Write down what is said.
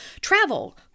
travel